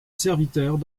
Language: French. serviteurs